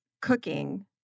cooking